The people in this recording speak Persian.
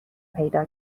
پیدا